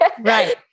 Right